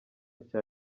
cya